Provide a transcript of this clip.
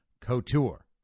couture